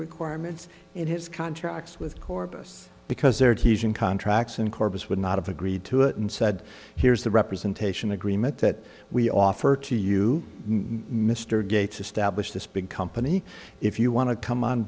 requirements in his contracts with corpus because their teaching contracts in corpus would not have agreed to it and said here's the representation agreement that we offer to you mr gates established this big company if you want to come on